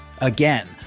Again